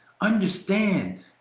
understand